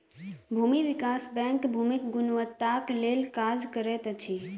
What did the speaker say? भूमि विकास बैंक भूमिक गुणवत्ताक लेल काज करैत अछि